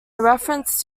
reference